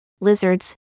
lizards